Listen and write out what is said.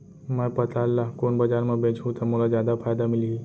मैं पताल ल कोन बजार म बेचहुँ त मोला जादा फायदा मिलही?